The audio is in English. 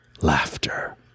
laughter